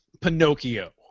Pinocchio